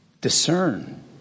discern